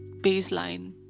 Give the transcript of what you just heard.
baseline